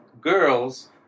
girls